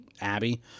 Abby